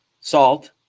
salt